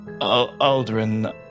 Aldrin